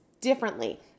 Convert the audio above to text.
differently